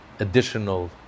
additional